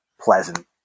pleasant